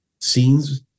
scenes